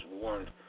warned